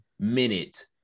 minute